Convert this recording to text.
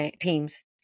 teams